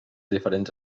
diferents